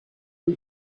who